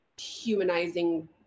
humanizing